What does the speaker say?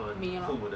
me lor